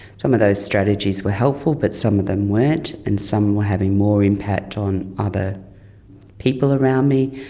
some of those strategies were helpful but some of them weren't, and some were having more impact on other people around me,